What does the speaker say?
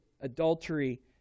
adultery